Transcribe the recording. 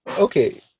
Okay